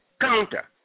counter